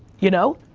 you know.